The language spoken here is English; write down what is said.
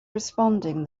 responding